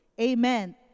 Amen